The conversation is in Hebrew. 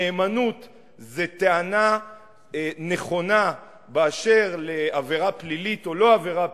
נאמנות זאת טענה נכונה באשר לעבירה פלילית או לא עבירה פלילית,